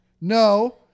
No